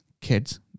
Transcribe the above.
kids